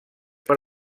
per